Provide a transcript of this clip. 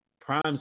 Prime